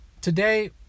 Today